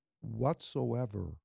Whatsoever